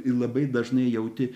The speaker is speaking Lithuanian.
ir labai dažnai jauti